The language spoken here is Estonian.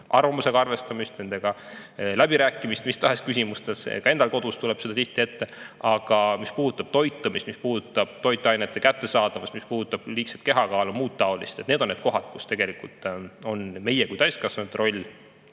arvamusega arvestamist, nendega läbirääkimist mis tahes küsimustes, ka endal kodus tuleb seda tihti ette. Aga mis puudutab toitumist, mis puudutab toitainete kättesaadavust, mis puudutab liigset kehakaalu ja muud taolist – need on need kohad, kus on meie kui täiskasvanute roll